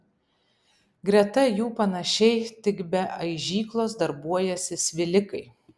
greta jų panašiai tik be aižyklos darbuojasi svilikai